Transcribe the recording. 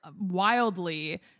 wildly